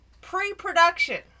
pre-production